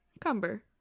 Cumber